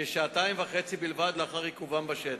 כשעתיים וחצי בלבד לאחר עיכובם בשטח.